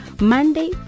Monday